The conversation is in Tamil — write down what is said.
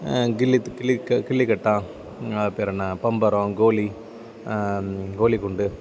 கில்லி கில்லி க கில்லிக்கட்டம் அது பேரென்ன பம்பரம் கோலி கோலிக்குண்டு